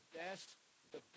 best